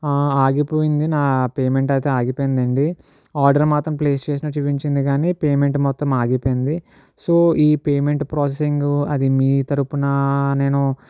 ఆగిపోయింది నా పేమెంట్ అయితే ఆగిపోయింది అండి ఆర్డర్ మాత్రం ప్లేస్ చేసినట్టు చూపించింది కానీ పేమెంట్ మొత్తం ఆగిపోయింది సో ఈ పేమెంట్ ప్రాసెసింగ్ అది మీ తరుపున నేను